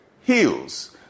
heals